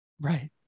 Right